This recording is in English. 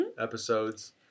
episodes